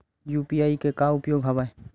UPI के का उपयोग हवय?